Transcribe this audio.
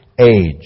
age